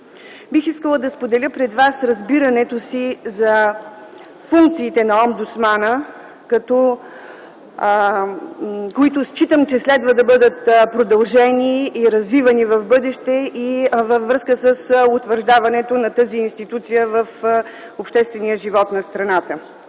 Бих искала да споделя пред вас разбирането си за функциите на омбудсмана, които считам, че следва да бъдат продължени и развивани в бъдеще и във връзка с утвърждаването на тази институция в обществения живот на страната.